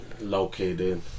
Located